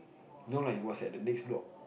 no lah it was at the next block